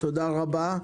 תודה רבה.